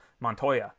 Montoya